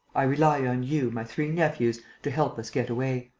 i rely on you, my three nephews, to help us get away.